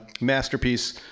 masterpiece